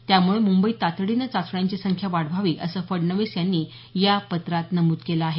त्यामुळे मुंबईत तातडीने चाचण्यांची संख्या वाढवावी असं फडणवीस यांनी या पत्रात नमूद केलं आहे